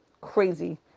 crazy